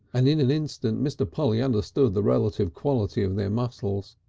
and in an instant mr. polly understood the relative quality of their muscles.